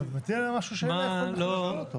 אתה מטיל עליהם משהו שאין להם יכולת בכלל לעשות את זה.